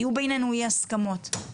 יהיו בינינו אי הסכמות.